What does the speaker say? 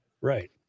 Right